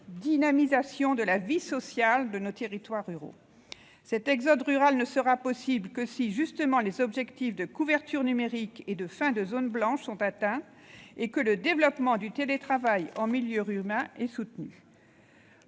redynamisation de la vie sociale de nos territoires ruraux. Cet exode rural ne sera possible que si les objectifs de couverture numérique et de fin des zones blanches sont atteints, et que le développement du télétravail en milieu rural est soutenu.